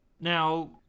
Now